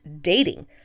dating